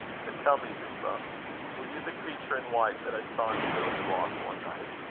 but tell me, euphra were you the creature, in white that i saw in the ghost's walk one night?